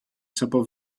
simple